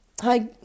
Hi